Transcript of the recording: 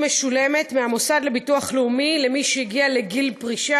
גמלת סיעוד משולמת מהמוסד לביטוח לאומי למי שהגיע לגיל פרישה